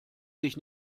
sich